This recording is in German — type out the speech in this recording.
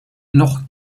noch